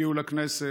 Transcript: הגיעו לכנסת.